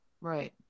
Right